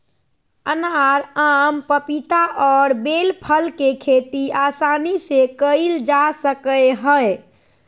अनार, आम, पपीता और बेल फल के खेती आसानी से कइल जा सकय हइ